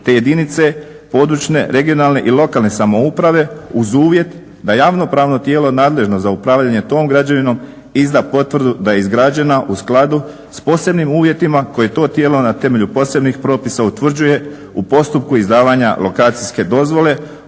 te jedinice područne, regionalne i lokalne samouprave uz uvjet da javno-pravno tijelo nadležno za upravljanje tom građevinom izda potvrdu da je izgrađena u skladu sa posebnim uvjetima koje to tijelo na temelju posebnih propisa utvrđuje u postupku izdavanja lokacijske dozvole,